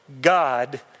God